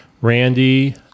Randy